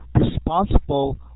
responsible